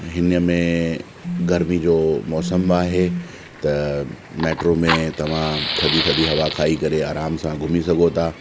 हिन में गर्मी जो मौसम बि आहे त मैट्रो में तव्हां थधी थधी हवा खाई आराम सां घुमी सघो था